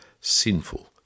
sinful